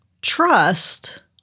trust